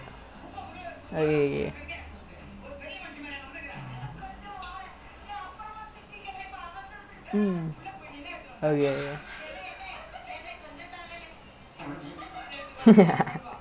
ya ya ya he's not much of a like he not really a football player lah last time he used to be a some O_P striker lah but then after he stop playing he legit it all he legit damn funny like சும்மா எல்லா ஓடிட்டே இருப்போம்:chummaa ellaa odittae iruppom then he will just தோப்போம்:thoppom he legit damn indian style